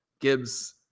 Gibbs